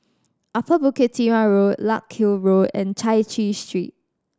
Upper Bukit Timah Road Larkhill Road and Chai Chee Street